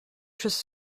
choses